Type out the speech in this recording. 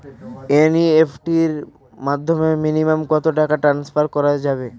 NEFT এর মাধ্যমে minimum কত টাকা টান্সফার করা যাবে?